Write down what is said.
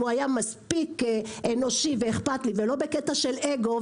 הוא היה מספיק אנושי ואכפתי ולא בקטע של אגו,